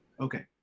okay